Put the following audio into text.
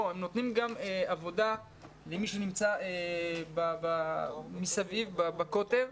הם נותנים גם עבודה למי שנמצא מסביב בקוטר.